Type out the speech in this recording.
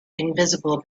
invisible